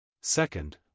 Second